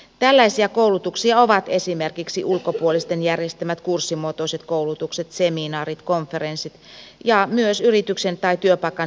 tällaisia koulutuksia ovat esimerkiksi ulkopuolisten järjestämät kurssimuotoiset koulutukset seminaarit konferenssit ja myös yrityksen tai työpaikan sisäiset koulutukset